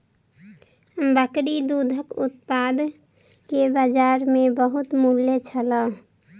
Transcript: बकरी दूधक उत्पाद के बजार में बहुत मूल्य छल